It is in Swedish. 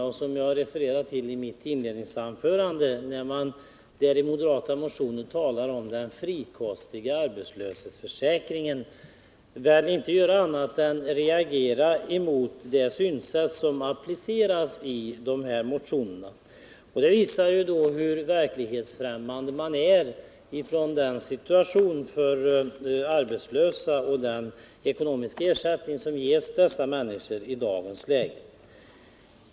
Jag refererade i mitt tidigare anförande de moderatmotioner där man talar om den frikostiga arbetslöshetsförsäkringen. Jag kan inte annat än reagera mot det synsätt som kommer till uttryck i de här motionerna. Det visar hur främmande man är för den situation som de arbetslösa befinner sig i och hur man ser på den ekonomiska ersättning som dessa människor i dag får.